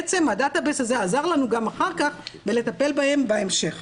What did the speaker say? הדאטה-בייס הזה עזר לנו גם אחר כך בלטפל בהם בהמשך.